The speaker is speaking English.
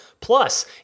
Plus